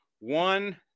one